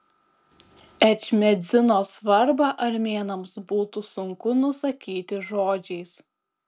ečmiadzino svarbą armėnams būtų sunku nusakyti žodžiais